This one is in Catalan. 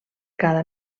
cada